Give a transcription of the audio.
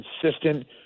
consistent